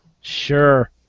Sure